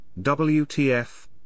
WTF